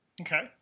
Okay